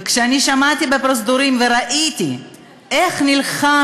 וכששמעתי בפרוזדורים וראיתי איך נלחם